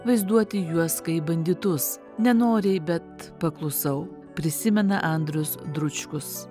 vaizduoti juos kaip banditus nenoriai bet paklusau prisimena andrius dručkus